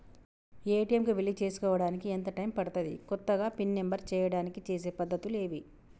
ATM కు వెళ్లి చేసుకోవడానికి ఎంత టైం పడుతది? కొత్తగా పిన్ నంబర్ చేయడానికి చేసే పద్ధతులు ఏవి?